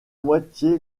moitié